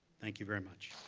thank you very much.